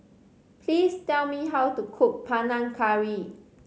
please tell me how to cook Panang Curry